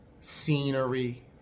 scenery